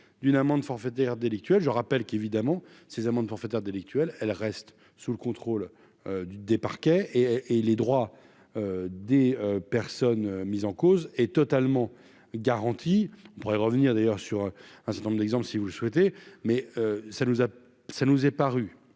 d'une amende forfaitaire délictuelle, je rappelle qu'évidemment. Ces amendes forfaitaires délictuelles, elle reste sous le contrôle du des parquets et et les droits des personnes mises en cause est totalement garantie, on pourrait revenir d'ailleurs sur un certain nombre d'exemples si vous le souhaitez, mais ça nous a ça